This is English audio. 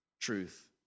truth